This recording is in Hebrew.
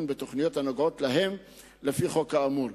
בתוכניות הנוגעות להם לפי החוק האמור.